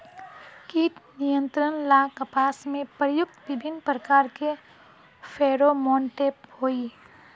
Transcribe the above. कीट नियंत्रण ला कपास में प्रयुक्त विभिन्न प्रकार के फेरोमोनटैप होई?